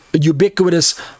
ubiquitous